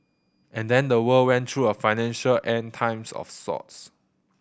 and then the world went through a financial End Times of sorts